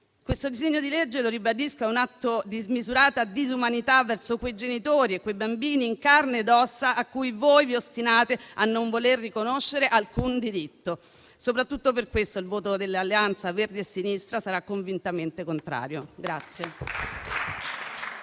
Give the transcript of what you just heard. Questo disegno di legge - lo ribadisco - è un atto di smisurato disumanità verso quei genitori e quei bambini in carne ed ossa a cui voi vi ostinate a non voler riconoscere alcun diritto. Soprattutto per questo il voto dell'Alleanza Verdi e Sinistra sarà convintamente contrario.